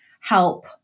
help